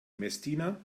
messdiener